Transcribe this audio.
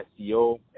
SEO